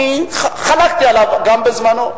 אני חלקתי עליו בזמנו.